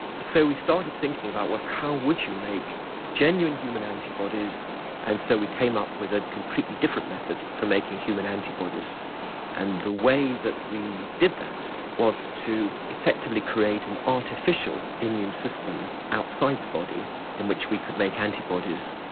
so we started thinking about how would you make genuine human antibodies and so we came up with a completely different method for making human antibodies and the way that we did that was to effectively create an artificial immune system outside the body in which we could make antibodies.